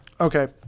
Okay